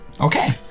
okay